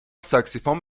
ساکسیفون